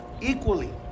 equally